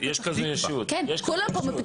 אני גם אומר היום,